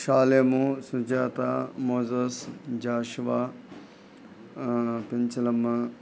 shalom Sujatha మోజాస్ Joshua Penchalamma